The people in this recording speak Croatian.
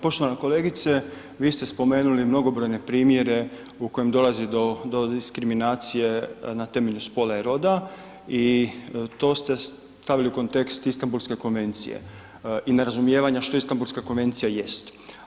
Poštovana kolegice, vi ste spomenuli mnogobrojne primjere u kojem dolazi do diskriminacije na temelju spola i roda i to ste stavili u kontekst Istanbulske konvencije i nerazumijevanja što Istanbulska konvencija jest.